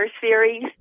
series